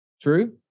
True